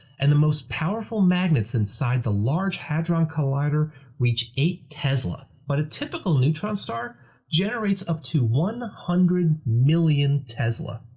and the most powerful magnets inside the large hadron collider reach eight tesla. but a typical neutron star generates up to one hundred million tesla!